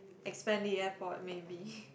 expand the airport maybe